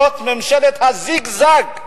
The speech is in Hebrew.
זאת ממשלת הזיגזג,